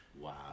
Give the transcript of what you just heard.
Wow